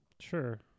Sure